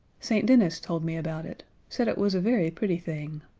st. denis told me about it said it was a very pretty thing.